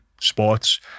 sports